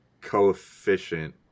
coefficient